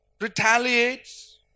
retaliates